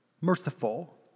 merciful